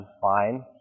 fine